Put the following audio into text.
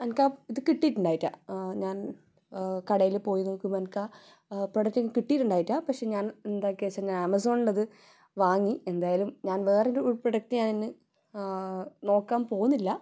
എനിക്കാ ഇത് കിട്ടീട്ടുണ്ടായിറ്റ ഞാൻ കടയിൽ പോയി നോക്കുമ്പോൾ എനിക്ക് ആ പ്രോഡക്റ്റ് കിട്ടീട്ടുണ്ടായിറ്റ പക്ഷേ ഞാൻ എന്താക്കിയത് വെച്ചാൽ ഞാൻ ആമസോണിലത് വാങ്ങി എന്തായാലും ഞാൻ വേറൊരു പ്രൊഡക്റ്റ് ഞാൻ നോക്കാൻ പോകുന്നില്ല